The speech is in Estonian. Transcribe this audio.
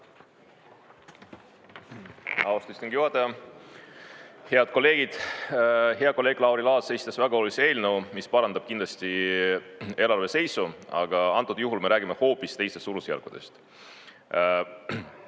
istungi juhataja! Head kolleegid! Hea kolleeg Lauri Laats esitas väga olulise eelnõu, mis parandab kindlasti eelarve seisu, aga antud juhul me räägime hoopis teistest suurusjärkudest.